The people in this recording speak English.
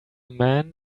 man